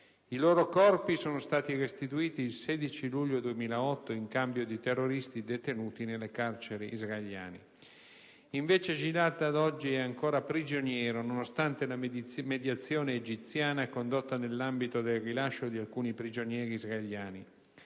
I loro corpi sono stati restituiti il 16 luglio 2008 in cambio di terroristi detenuti nelle carceri israeliane. Invece Gilad, ad oggi, è ancora prigioniero, nonostante la mediazione egiziana condotta nell'ambito del rilascio di alcuni prigionieri israeliani.